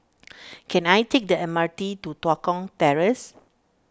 can I take the M R T to Tua Kong Terrace